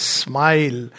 smile